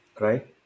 right